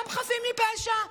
הם חפים מפשע?